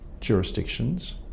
jurisdictions